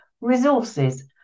resources